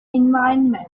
environment